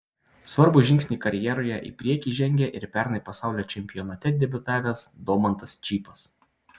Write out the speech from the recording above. svarbų žingsnį karjeroje į priekį žengė ir pernai pasaulio čempionate debiutavęs domantas čypas